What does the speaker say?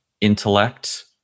intellect